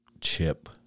chip